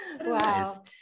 wow